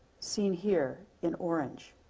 seen here in orange.